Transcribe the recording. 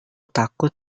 takut